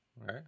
right